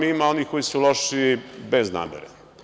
Ima onih su loši bez namere.